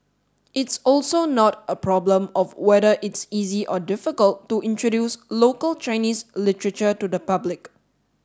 it's also not a problem of whether it's easy or difficult to introduce local Chinese literature to the public